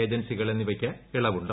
ഏജൻസികൾ എന്നിവയ്ക്ക് ഇളവുണ്ട്